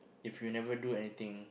if you never do anything